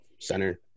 center